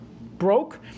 broke